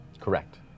Correct